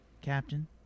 Captain